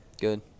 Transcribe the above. Good